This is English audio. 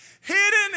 Hidden